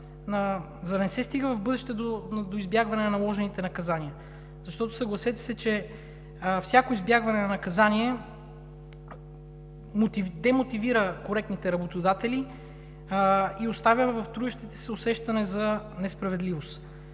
за да не се стигне до избягване в бъдеще на наложените наказания. Съгласете се, че всяко избягване на наказание демотивира коректните работодатели и оставя в трудещите се усещане за несправедливост.